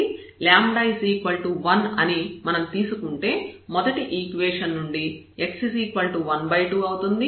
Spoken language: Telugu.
కాబట్టి 1 అని మనం తీసుకుంటే మొదటి ఈక్వేషన్ నుండి x 12 అవుతుంది